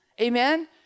Amen